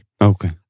Okay